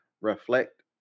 reflect